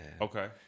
Okay